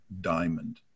diamond